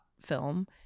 film